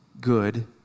good